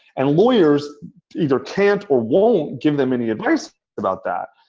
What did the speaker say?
and lawyers either can't or won't give them any advice about that.